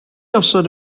osod